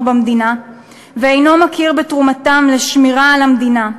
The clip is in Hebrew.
במדינה ואינו מכיר בתרומתם לשמירה על המדינה,